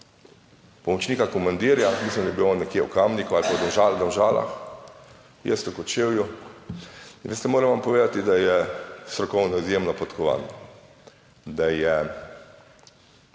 pomočnika komandirja, mislim, da je bil on nekje v Kamniku ali pa v Domžalah, jaz v Kočevju in veste, moram vam povedati, da je strokovno izjemno podkovan. Da je